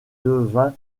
devint